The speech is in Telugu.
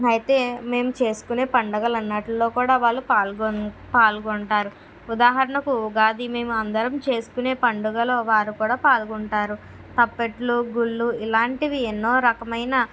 అయితే మేము చేసుకునే పండగలన్నిటిలో కూడా వాళ్ళు పాల్గొ పాల్గొంటారు ఉదాహరణకు ఉగాది మేము అందరం చేసుకునే పండుగలో వారు కూడా పాల్గొంటారు తప్పెట్లు గుళ్ళు ఇలాంటివి ఎన్నో రకమైన